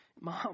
Mom